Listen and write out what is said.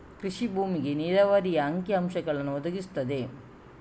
ಕೃಷಿ ಭೂಮಿಗೆ ನೀರಾವರಿಯ ಅಂಕಿ ಅಂಶಗಳನ್ನು ಒದಗಿಸುತ್ತದೆ